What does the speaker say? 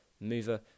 mover